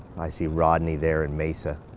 i see rodney there in mesa.